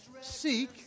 Seek